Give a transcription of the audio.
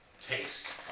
taste